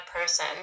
person